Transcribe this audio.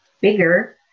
bigger